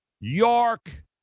York